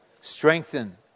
Strengthen